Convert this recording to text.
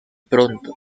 pronto